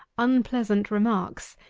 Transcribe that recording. unpleasant remarks,